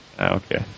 Okay